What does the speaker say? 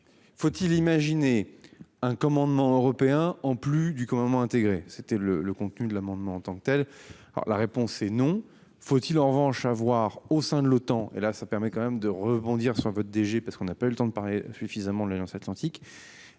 Faut-il imaginer un commandement européen en plus du commandement intégré c'était le le contenu de l'amendement en tant que telle. Alors la réponse est non. Faut-il en revanche avoir au sein de l'OTAN et là ça permet quand même de rebondir si veut. DG parce qu'on n'a pas eu le temps de parler suffisamment de l'Alliance Atlantique.